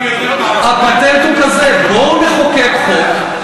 הפטנט הוא כזה: בואו נחוקק חוק,